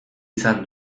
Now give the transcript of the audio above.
izan